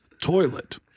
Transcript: Toilet